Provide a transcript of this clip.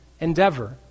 endeavor